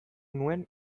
nuen